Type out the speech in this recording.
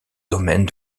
domaine